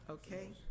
Okay